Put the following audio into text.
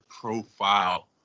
profile